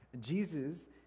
Jesus